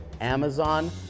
Amazon